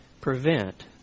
prevent